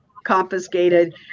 confiscated